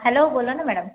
hello बोला ना madam